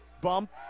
bump